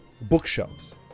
bookshelves